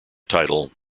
title